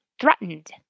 threatened